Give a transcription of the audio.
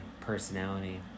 personality